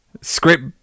script